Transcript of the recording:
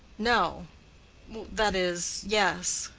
no that is, yes.